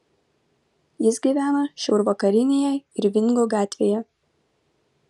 jis gyvena šiaurvakarinėje irvingo gatvėje